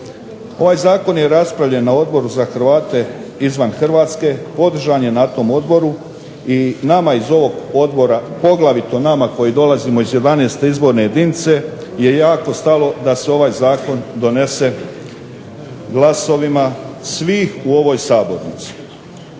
Ovaj zakon je raspravljen na Odboru za Hrvate izvan Hrvatske, podržan je na tom odboru i nama iz ovog odbora, poglavito nama koji dolazimo iz 11. izborne jedinice je jako stalo da se ovaj zakon donese glasovima svih u ovoj sabornici